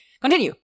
continue